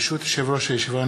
ברשות יושב-ראש הישיבה,